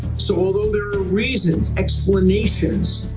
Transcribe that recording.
so although there are reasons, explanations,